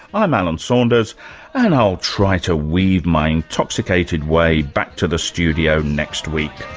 i'm alan saunders and i'll try to weave my intoxicated way back to the studio next week.